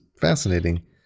fascinating